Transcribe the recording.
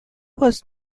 was